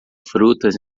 frutas